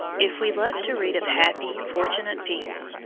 if we love to read of happy, fortunate people,